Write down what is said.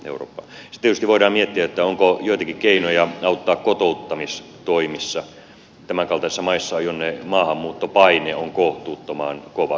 sitten tietysti voidaan miettiä onko joitakin keinoja auttaa kotouttamistoimissa tämänkaltaisissa maissa jonne maahanmuuttopaine on kohtuuttoman kova